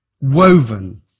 woven